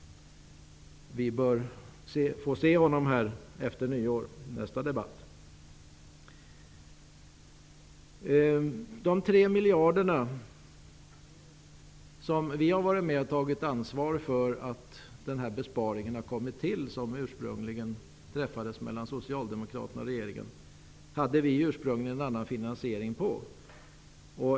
Vi bör få se skatteministern här i nästa debatt efter nyår. Vi har varit med att ta ansvar för att besparingen på 3 miljarder har kommit till stånd. Det var ursprungligen något som Socialdemokraterna och regeringen kom överens om. Vi hade från början en annan idé om finansieringen.